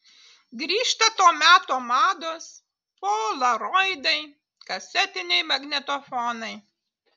grįžta to meto mados polaroidai kasetiniai magnetofonai